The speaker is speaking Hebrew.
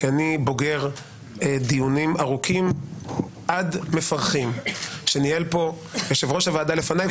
כי אני בוגר דיונים ארוכים עד מפרכים שניהל פה יושב-ראש הוועדה לפניי,